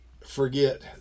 forget